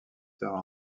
tard